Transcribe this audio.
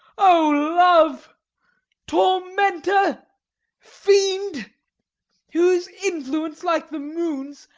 o love tormentor fiend whose influence, like the moon's,